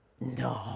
no